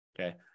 Okay